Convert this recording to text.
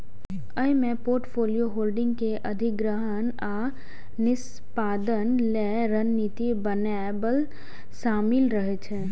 अय मे portfolio holding के अधिग्रहण आ निष्पादन लेल रणनीति बनाएब शामिल रहे छै